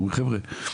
אומר חבר'ה,